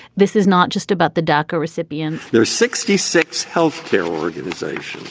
this is not just about the dacko recipient there are sixty six health care organizations.